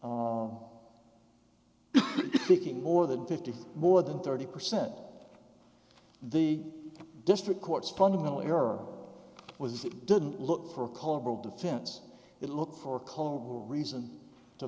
ticking more than fifty more than thirty percent the district court's fundamental error was it didn't look for a cultural defense it looked for cole reason to